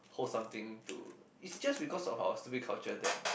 hold something to it's just because of our stupid culture that